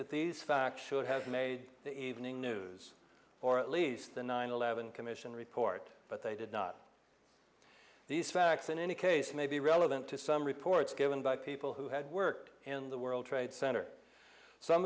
that these fact should have made the evening news or at least the nine eleven commission report but they did not these facts in any case may be relevant to some reports given by people who had worked in the world trade center some